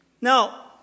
Now